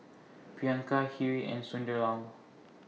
Priyanka Hri and Sunderlal